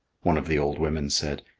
one of the old women said,